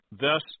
Thus